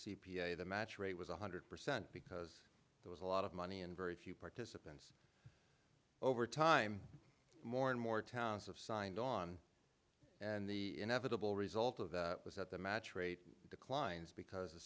a the match rate was one hundred percent because there was a lot of money and very few parties over time more and more towns have signed on and the inevitable result of that was that the match rate declines because the